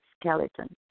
skeleton